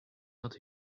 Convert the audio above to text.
not